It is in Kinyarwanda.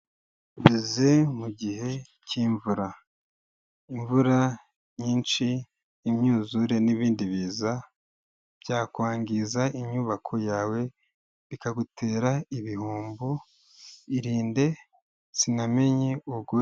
Tugeze mu gihe cy'imvura. Imvura nyinshi, imyuzure n'ibindi biza, byakwangiza inyubako yawe bikagutera ibihombo, irinde sinamenye ugure ubwishingizi.